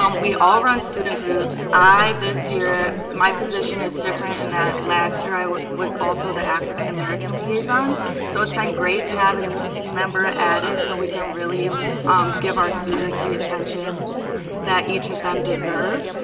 um we all run student groups. i, this year, my position is different in that last year i was also the african american liaison so it's been great to have a new team member added so we can really give our students the attention that each of them deserve.